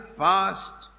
fast